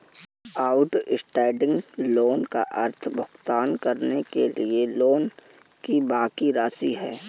outstanding loan का अर्थ भुगतान करने के लिए लोन की बाकि राशि है